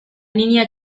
niña